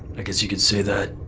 i guess you could say that.